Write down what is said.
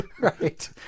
Right